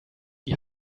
die